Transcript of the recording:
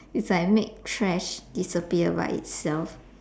it's like make trash disappear by itself